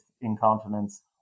incontinence